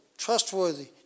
trustworthy